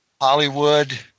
Hollywood